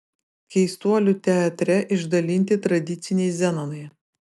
keistuolių teatre išdalinti tradiciniai zenonai